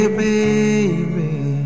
baby